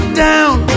down